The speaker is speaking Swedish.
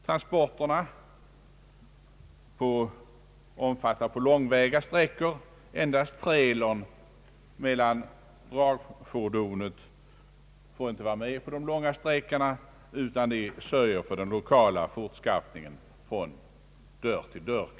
Transporterna omfattar på långväga sträckor på tåg och bilfärja endast trailer, medan själva dragfordonet endast hämtar vid destinationsstationen resp. destinationshamnen och sörjer för den lokala fortskaffningen från dörr till dörr.